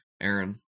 Aaron